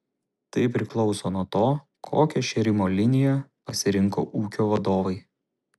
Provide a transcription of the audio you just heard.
tai priklauso nuo to kokią šėrimo liniją pasirinko ūkio vadovai